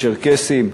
צ'רקסים,